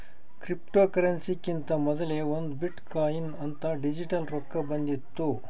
ಕ್ರಿಪ್ಟೋಕರೆನ್ಸಿಕಿಂತಾ ಮೊದಲೇ ಒಂದ್ ಬಿಟ್ ಕೊಯಿನ್ ಅಂತ್ ಡಿಜಿಟಲ್ ರೊಕ್ಕಾ ಬಂದಿತ್ತು